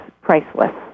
priceless